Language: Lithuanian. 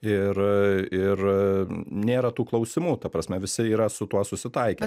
ir ir nėra tų klausimų ta prasme visi yra su tuo susitaikę